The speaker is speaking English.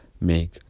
make